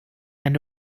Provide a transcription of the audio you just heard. and